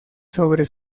sobre